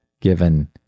given